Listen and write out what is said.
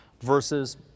versus